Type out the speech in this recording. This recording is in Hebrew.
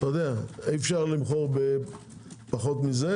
לעשות טווח מחירים.